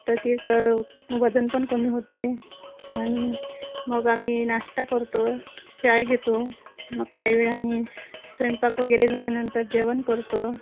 तसेच वजन पण कमी होते आणि मग आम्ही नाश्ता करतो चाय घेतो मग काही वेळाने स्वयंपाक वगैरे झाल्यानंतर जेवण करतो